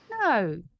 No